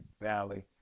valley